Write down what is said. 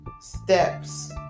steps